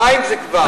די עם זה כבר.